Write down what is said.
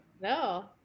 no